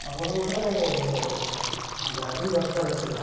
ଆମର ଗୋଟେ ଗାଡ଼ି ଦରକାର ଥିଲା